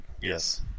yes